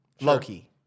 Low-key